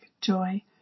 joy